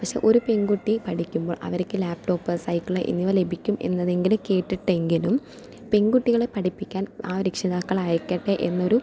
പക്ഷെ ഒരു പെൺകുട്ടി പഠിക്കുമ്പോൾ അവർക്ക് ലാപ്ടോപ്പ് സൈക്കിള് എന്നിവ ലഭിക്കും എന്നത് കേട്ടിട്ടെങ്കിലും പെൺകുട്ടികളെ പഠിപ്പിക്കാൻ ആ രക്ഷിതാക്കളായിക്കോട്ടെ എന്നൊരു